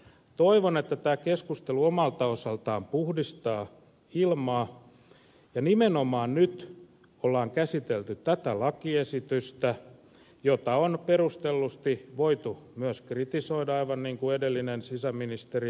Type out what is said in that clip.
toivon että tämä keskustelu omalta osaltaan puhdistaa ilmaa ja nimenomaan nyt on käsitelty tätä lakiesitystä jota on perustellusti voitu myös kritisoida aivan niin kuin edellinen sisäministeri ed